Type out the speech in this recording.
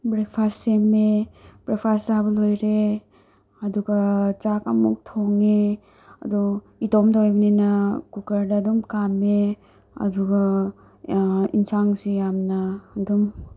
breakfast ꯁꯦꯝꯃꯦ breakfast ꯆꯥꯕ ꯂꯣꯏꯔꯦ ꯑꯗꯨꯒ ꯆꯥꯛ ꯑꯃꯨꯛ ꯊꯣꯡꯉꯦ ꯑꯗꯣ ꯏꯇꯣꯝꯗ ꯑꯣꯏꯕꯅꯤꯅ ꯀꯨꯀꯔꯗ ꯑꯗꯨꯝ ꯀꯥꯝꯃꯦ ꯑꯗꯨꯒ ꯌꯦꯟꯁꯥꯡꯁꯨ ꯌꯥꯝꯅ ꯑꯗꯨꯝ